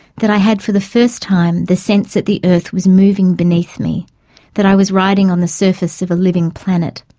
that i had, for the first time, the sense that the earth was moving beneath me that i was riding on the surface of a living planet.